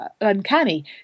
uncanny